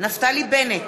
נפתלי בנט,